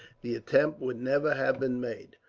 the attempt would never have been made.